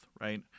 Right